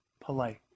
polite